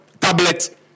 tablet